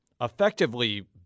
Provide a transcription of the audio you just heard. effectively